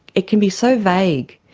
it can be so vague.